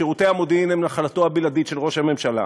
שירותי המודיעין הם נחלתו הבלעדית של ראש הממשלה,